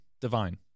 divine